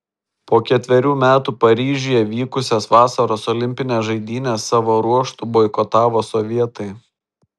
po ketverių metų paryžiuje vykusias vasaros olimpines žaidynes savo ruožtu boikotavo sovietai